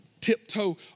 tiptoe